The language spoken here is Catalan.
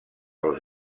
als